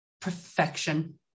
perfection